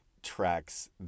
tracks